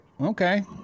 okay